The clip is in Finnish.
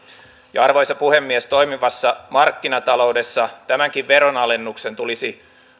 arvoisa puhemies toimivassa markkinataloudessa tämänkin veronalennuksen tulisi